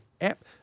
app